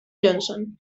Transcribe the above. johnson